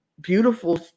beautiful